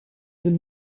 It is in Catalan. d’un